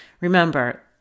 remember